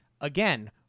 again